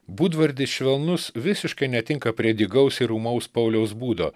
būdvardis švelnus visiškai netinka prie dygaus ir ūmaus pauliaus būdo